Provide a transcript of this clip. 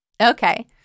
Okay